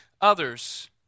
others